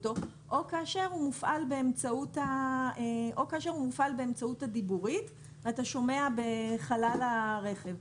אותו או כאשר הוא מופעל באמצעות הדיבורית ואתה שומע בחלל הרכב.